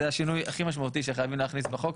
זה השינוי הכי משמעותי שחייבים להכניס בחוק,